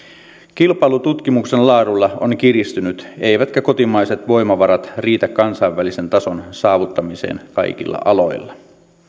kilpailu tutkimuksen laadulla on kiristynyt eivätkä kotimaiset voimavarat riitä kansainvälisen tason saavuttamiseen kaikilla aloilla